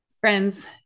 Friends